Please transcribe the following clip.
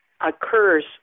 occurs